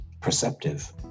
perceptive